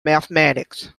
mathematics